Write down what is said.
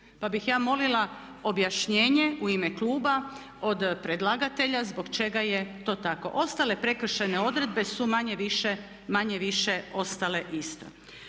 Pa bih ja molila objašnjenje u ime Kluba od predlagatelja zbog čega je to tako. Ostale prekršajne odredbe su manje-više ostale iste.